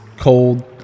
cold